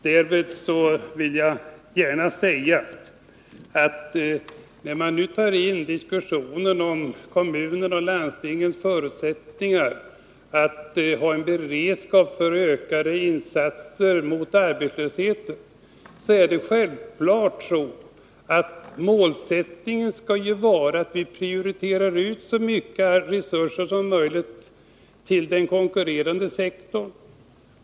Därmed vill jag gärna säga, när man nu för in diskussionen på kommunernas och landstingens förutsättningar att ha en beredskap för ökade insatser mot arbetslösheten, att målsättningen självklart skall vara att prioritera ut så mycket resurser som möjligt till den konkurrerande sektorn.